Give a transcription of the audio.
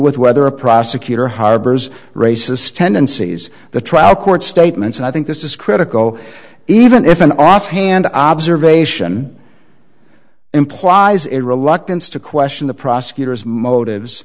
with whether a prosecutor harbors racist tendencies the trial court statements and i think this is critical even if an off hand i observation implies a reluctance to question the prosecutor's motives